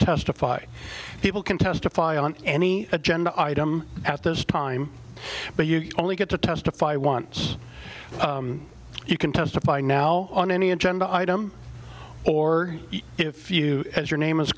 testify people can testify on any agenda item at this time but you only get to testify once you can testify now on any agenda item or if you as your name